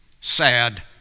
Sad